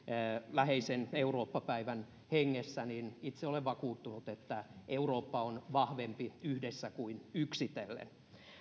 läheisen eurooppa päivän hengessä itse olen vakuuttunut että eurooppa on vahvempi yhdessä kuin yksitellen